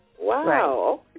Wow